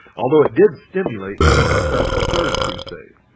although it did stimulate the unsuccessful third crusade.